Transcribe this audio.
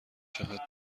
چقدر